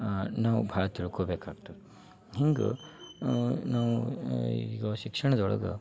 ನಾವು ಭಾಳ ತಿಳ್ಕೊಳ್ಬೇಕಾಗ್ತದೆ ಹಿಂಗೆ ನಾವು ಈಗ ಶಿಕ್ಷಣದೊಳಗೆ